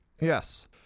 Yes